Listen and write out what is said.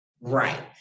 Right